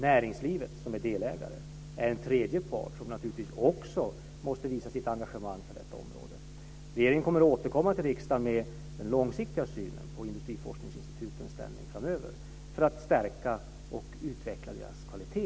Näringslivet, som är delägare, är en tredje part som naturligtvis också måste visa sitt engagemang för detta område. Regeringen kommer att återkomma till riksdagen med den långsiktiga synen på industriforskningsinstitutens ställning framöver för att stärka och utveckla forskningens kvalitet.